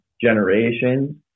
generations